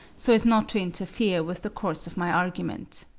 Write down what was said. so as not to interfere with the course of my argument.